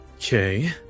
Okay